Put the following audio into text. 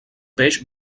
peix